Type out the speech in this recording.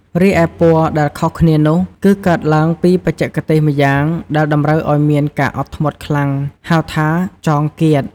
រីឯពណ៌ដែលខុសគ្នានោះ គឺកើតឡើងពីបច្ចេកទេសម៉្យាងដែលតម្រូវឱ្យមានការអត់ធ្មត់ខ្លាំង ហៅថា “ចងគាត”។